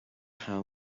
how